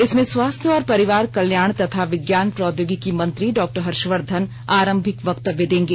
इसमें स्वास्थ्य और परिवार कल्याण तथा विज्ञान प्रौद्योगिकी मंत्री डॉ हर्षवर्धन आरंभिक वक्तव्य देंगे